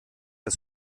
das